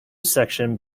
section